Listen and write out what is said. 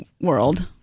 world